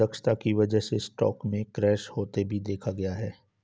दक्षता की वजह से स्टॉक में क्रैश होते भी देखा गया है